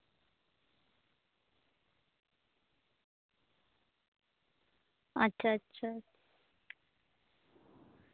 ᱟᱪᱪᱷᱟ ᱪᱷᱟ